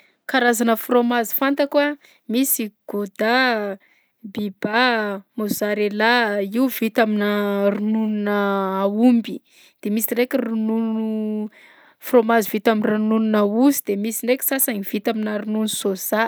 Karazana frômazy fantako a: misy gouda, biba, mozzarela, io vita aminà ronononà aomby, de misy ndraika ronono frômazy vita amin'ny ronononà osy de misy ndraiky sasany vita aminà ronono soja.